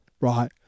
right